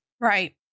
right